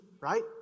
right